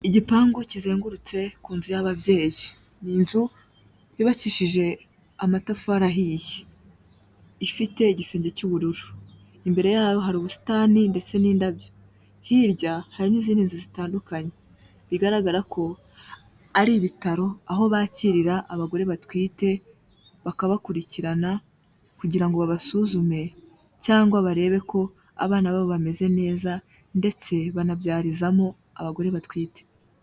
Igipangu kizengurutse ku nzu y'ababyeyi. Ni inzu yubakishije amatafari ahiye, ifite igisenge cy'ubururu, imbere yaho hari ubusitani ndetse n'indabyo, hirya hari n'izindi nzu zitandukanye, bigaragara ko ari ibitaro, aho bakirira abagore batwite, bakabakurikirana kugira ngo babasuzume cyangwa barebe ko abana babo bameze neza, ndetse banabyarizamo abagore batwite.